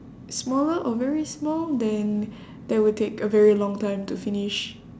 smaller or very small then that will take a very long time to finish